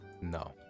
No